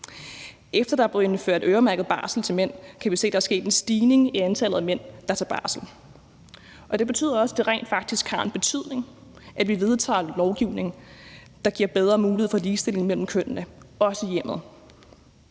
Efter der er indført øremærket barsel til mænd, kan vi se, at der er sket en stigning i antallet af mænd, der tager barsel. Det betyder også, at det rent faktisk har en betydning, at vi vedtager lovgivning, der giver bedre mulighed for ligestilling mellem kønnene, også i hjemmet.